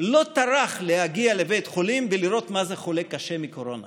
לא טרח להגיע לבית חולים ולראות מה זה חולה קשה מקורונה